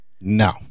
No